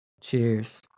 Cheers